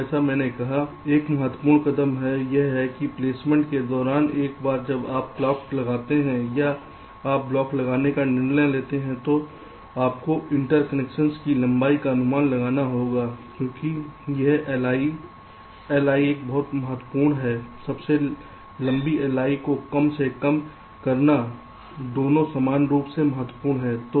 अब जैसा कि मैंने कहा एक महत्वपूर्ण कदम यह है कि प्लेसमेंट के दौरान एक बार जब आप ब्लॉक लगाते हैं या आप ब्लॉक लगाने का निर्णय लेते हैं तो आपको इंटरकनेक्शन की लंबाई का अनुमान लगाना होगा क्योंकि यह Li Li का बहुत महत्वपूर्ण है सबसे लंबी Li को कम से कम करना दोनों समान रूप से महत्वपूर्ण है